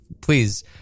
Please